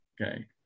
Okay